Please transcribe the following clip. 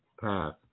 path